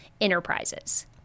enterprises